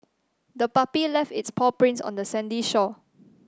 the puppy left its paw prints on the sandy shore